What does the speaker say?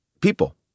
people